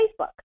Facebook